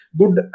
good